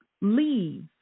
leave